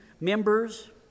members